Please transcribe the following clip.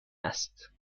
است